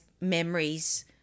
memories